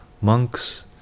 monks